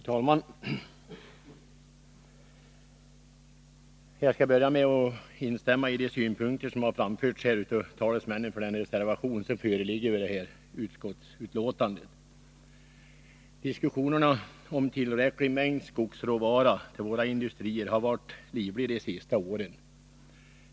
Herr talman! Jag vill börja med att instämma i de synpunkter som har framförts av talesmännen för den reservation som är fogad vid skatteutskottets betänkande 38. Diskussionen om tillförseln av tillräcklig mängd skogsråvara till våra industrier har varit livlig under de senaste åren.